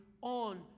on